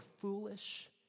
foolish